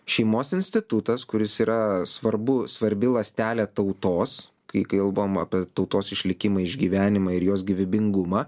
šeimos institutas kuris yra svarbu svarbi ląstelė tautos kai kalbam apie tautos išlikimą išgyvenimą ir jos gyvybingumą